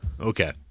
Okay